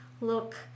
look